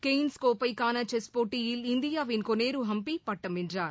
Cairns கோப்பைக்கானசெஸ் போட்டியில் இந்தியாவின் கோனேருஹம்பிபட்டம் வென்றார்